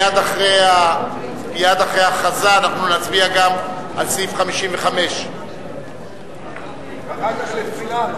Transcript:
מייד אחרי ההכרזה אנחנו נצביע גם על סעיף 55. אחר כך לתפילה,